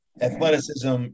athleticism